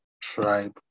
tribe